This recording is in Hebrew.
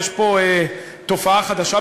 יש פה תופעה חדשה,